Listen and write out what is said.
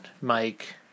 Mike